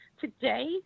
Today